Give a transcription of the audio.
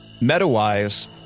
Meta-wise